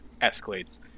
escalates